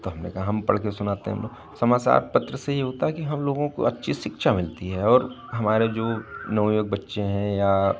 तो हमने कहा हम पढ़ के सुनाते हैं हमने समाचार पत्र से ये होता है कि हम लोगों को अच्छी शिक्षा मिलती है और हमारे जो नवयुवक बच्चे हैं या